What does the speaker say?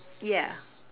yeah